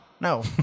No